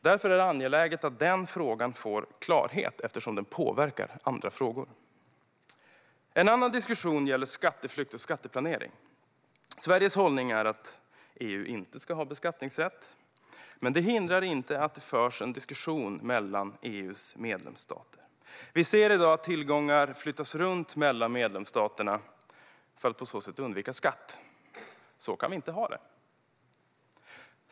Det är angeläget att den frågan får klarhet eftersom den påverkar andra frågor. En annan diskussion gäller skatteflykt och skatteplanering. Sveriges hållning är att EU inte ska ha beskattningsrätt, men det hindrar inte att det förs en diskussion mellan EU:s medlemsstater. Vi ser i dag att tillgångar flyttas runt mellan medlemsstaterna för att man på så sätt undviker skatt. Så kan vi inte ha det.